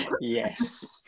Yes